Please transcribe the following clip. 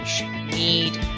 need